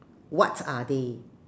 what are they